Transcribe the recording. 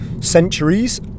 centuries